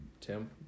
Tim